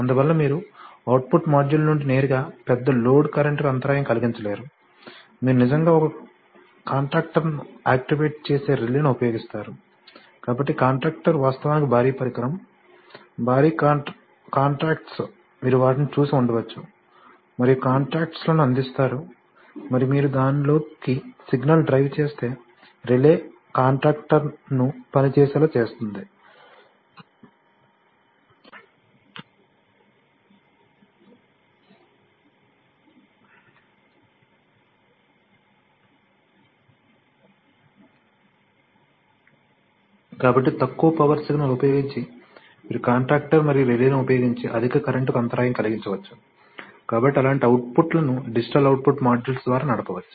అందువల్ల మీరు output module నుండి నేరుగా పెద్ద లోడ్ కరెంటుకు అంతరాయం కలిగించలేరు మీరు నిజంగా ఒక కాంటాక్టర్ను ఆక్టివేట్ చేసే రిలేను ఉపయోగిస్తారు కాబట్టి కాంటాక్టర్ వాస్తవానికి భారీ పరికరం భారీ కాంటాక్ట్స్ మీరు వాటిని చూసి ఉండవచ్చు మరియు కాంటాక్ట్స్ లను అందిస్తారు మరియు మీరు దానిలోకి సిగ్నల్ డ్రైవ్ చేస్తే రిలే కాంటాక్టర్ను పని చేసేలా చేస్తుంది కాబట్టి తక్కువ పవర్ సిగ్నల్ ఉపయోగించి మీరు కాంటాక్టర్ మరియు రిలేను ఉపయోగించి అధిక కరెంటు కు అంతరాయం కలిగించవచ్చు కాబట్టి అలాంటి అవుట్పుట్ లను డిజిటల్ అవుట్పుట్ మాడ్యూల్స్ ద్వారా నడపవచ్చు